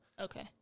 Okay